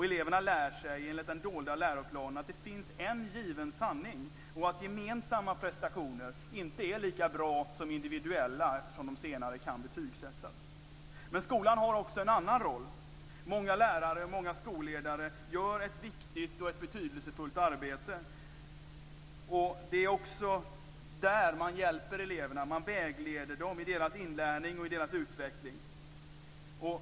Eleverna lär sig enligt den dolda läroplanen att det finns en given sanning och att gemensamma prestationer inte är lika bra som individuella, eftersom de senare kan betygsättas. Men skolan har också en annan roll. Många lärare och många skolledare gör ett viktigt och betydelsefullt arbete. Det är också där man hjälper eleverna. Man vägleder dem i deras inlärning och i deras utveckling.